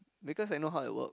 because I know how it work